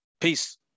peace